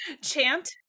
chant